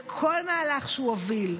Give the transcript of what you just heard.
בכל מהלך שהוא הוביל.